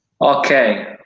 Okay